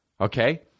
okay